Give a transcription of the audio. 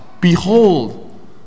Behold